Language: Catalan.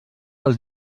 els